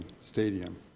stadium